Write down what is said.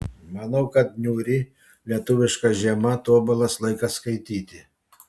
manau kad niūri lietuviška žiema tobulas laikas skaityti